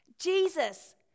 Jesus